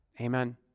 Amen